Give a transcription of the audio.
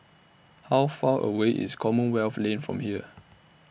How Far away IS Commonwealth Lane from here